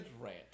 Rant